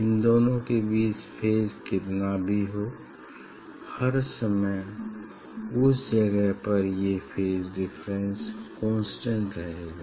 इन दोनों के बीच फेज कितना भी हो हर समय उस जगह पर ये फेज डिफरेंस कांस्टेंट रहेगा